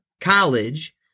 college